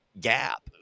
gap